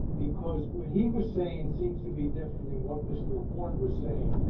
because what he was saying seems to be different than what mr. horne was saying.